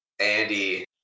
Andy